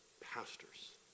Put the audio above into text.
pastors